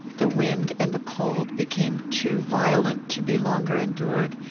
the wind and the cold became too violent to be longer endured,